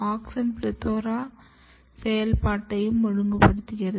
auxin PLETHORA செயல்பாட்டையும் ஒழுங்குபடுத்துகிறது